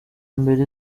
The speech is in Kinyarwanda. mbere